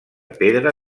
pedra